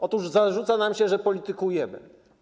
Otóż zarzuca nam się, że politykujemy.